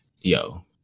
yo